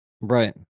right